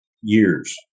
years